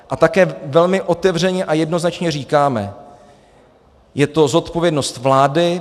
A také velmi otevřeně a jednoznačně říkáme: je to zodpovědnost vlády.